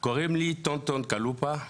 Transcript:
קוראים לי טונטון קלופה,